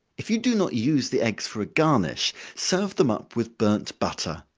if you do not use the eggs for a garnish, serve them up with burnt butter.